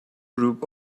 group